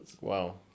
Wow